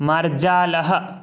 मार्जालः